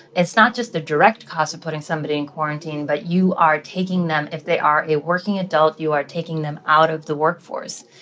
it's not just the direct costs of putting somebody in quarantine, but you are taking them if they are a working adult, you are taking them out of the workforce.